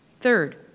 Third